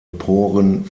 poren